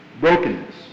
Brokenness